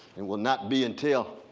and will not be until